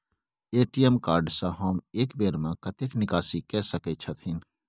ATM card से हम एक बेर में कतेक निकासी कय सके छथिन?